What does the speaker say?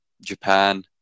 Japan